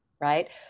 right